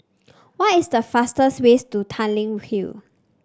what is the fastest ways to Tanglin Hill